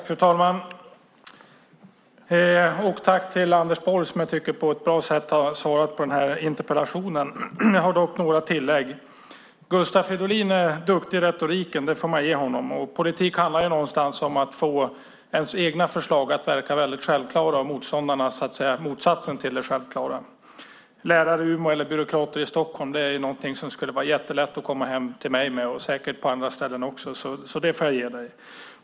Fru talman! Jag vill tacka Anders Borg, som jag tycker på ett bra sätt har svarat på den här interpellationen. Jag har dock några tillägg. Gustav Fridolin är duktig på retorik - det får man tillerkänna honom - och politik handlar ju någonstans om att få ens egna förslag att verka väldigt självklara och motståndarnas så att säga motsatsen till det självklara. Lärare i Umeå eller byråkrater i Stockholm - det är någonting som det skulle vara jättelätt att komma hem till mig med, och det gäller säkert på andra ställen också. Det erkännandet får jag ge dig, Gustav Fridolin.